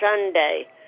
Sunday